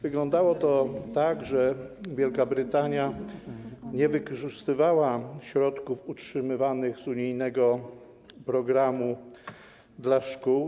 Wyglądało to tak, że Wielka Brytania nie wykorzystywała środków otrzymywanych z unijnego programu dla szkół.